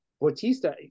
Bautista